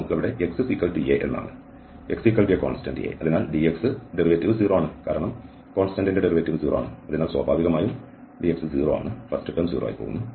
നമുക്ക് xa ആണ് അതിനാൽ ഈ dx0 യുമാണ് കാരണം xa എന്നത് കോൺസ്റ്റൻഡ് ആണ് അതിനാൽ സ്വാഭാവികമായും dx0 ആയിരിക്കും